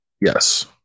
Yes